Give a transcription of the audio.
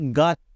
got